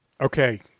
Okay